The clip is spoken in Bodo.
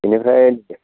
बेनिफ्राय